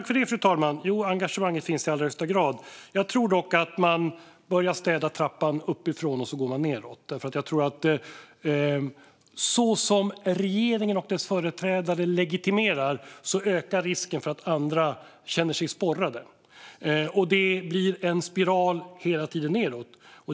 Fru talman! Jo, det engagemanget finns i allra högsta grad. Jag tror dock att man börjar städa trappan uppifrån och sedan går nedåt. Så som regeringen och dess företrädare legitimerar detta ökar risken för att andra känner sig sporrade. Det blir en spiral som hela tiden går nedåt.